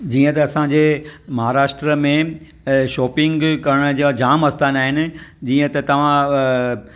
जीअं त असांजे महाराष्ट्र में शॉपिंग करण जा जाम आस्थानु आहिनि जीअं त तव्हां